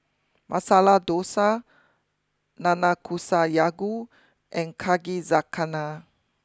Masala Dosa Nanakusa and Yakizakana